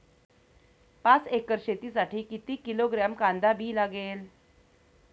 पाच एकर शेतासाठी किती किलोग्रॅम कांदा बी लागेल?